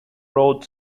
road